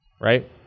right